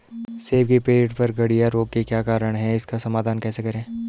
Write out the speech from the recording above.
सेब के पेड़ पर गढ़िया रोग के क्या कारण हैं इसका समाधान कैसे करें?